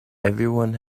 everyone